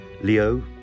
Leo